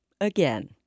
again